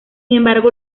embargo